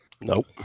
Nope